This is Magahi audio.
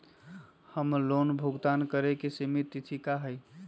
हमर लोन भुगतान करे के सिमित तिथि का हई?